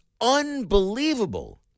unbelievable